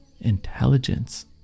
intelligence